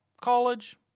college